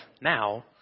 now